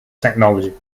technology